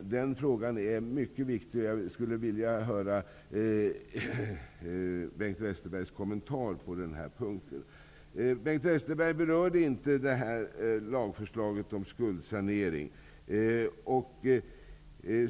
Den frågan är mycket viktig. Jag skulle vilja ha en kommentar från Bengt Westerberg på den punkten. Bengt Westerberg berörde inte lagförslaget om skuldsanering.